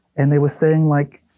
and they were saying, like,